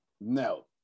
no